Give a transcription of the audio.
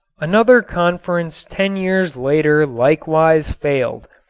another conference ten years later likewise failed,